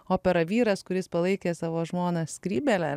opera vyras kuris palaikė savo žmoną skrybėlę